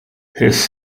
his